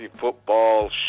Football